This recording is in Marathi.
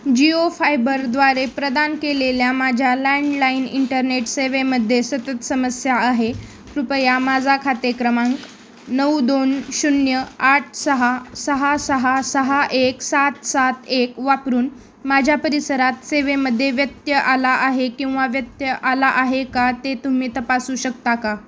जिओ फायबरद्वारे प्रदान केलेल्या माझ्या लँडलाइन इंटरनेट सेवेमध्ये सतत समस्या आहे कृपया माझा खाते क्रमांक नऊ दोन शून्य आठ सहा सहा सहा सहा एक सात सात एक वापरून माझ्या परिसरात सेवेमध्ये व्यत्यय आला आहे किंवा व्यत्यय आला आहे का ते तुम्ही तपासू शकता का